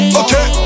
okay